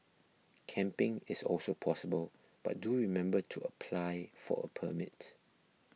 camping is also possible but do remember to apply for a permit